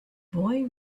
boy